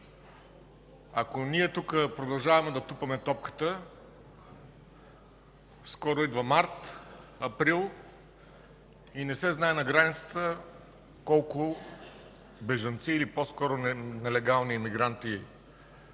Ако ние тук продължаваме да тупаме топката, скоро идва месец март, април, и не се знае на границата колко бежанци или по-скоро нелегални имигранти